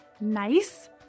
nice